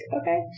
okay